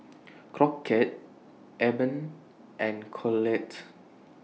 Crockett Eben and Colette